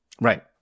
right